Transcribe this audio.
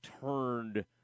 turned